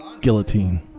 Guillotine